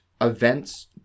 events